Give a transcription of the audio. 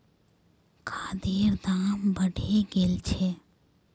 खादेर दाम बढ़े गेल छे